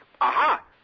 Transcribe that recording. aha